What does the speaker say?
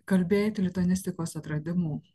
kalbėti lituanistikos atradimų